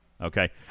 Okay